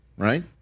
Right